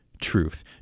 truth